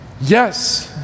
Yes